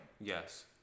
Yes